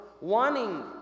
wanting